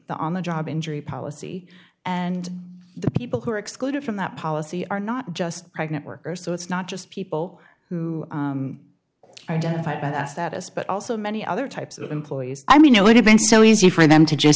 on the job injury policy and the people who are excluded from that policy are not just pregnant workers so it's not just people who identify as that us but also many other types of employees i mean it would have been so easy for them to just